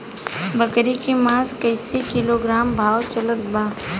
बकरी के मांस कईसे किलोग्राम भाव चलत बा?